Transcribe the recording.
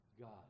God